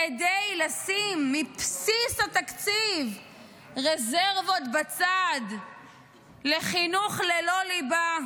כדי לשים מבסיס התקציב רזרבות בצד לחינוך ללא ליבה,